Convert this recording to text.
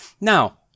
Now